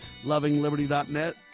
LovingLiberty.net